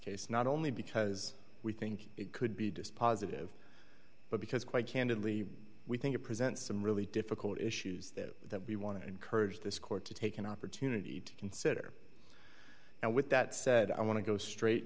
case not only because we think it could be dispositive but because quite candidly we think it presents some really difficult issues that we want to encourage this court to take an opportunity to consider and with that said i want to go straight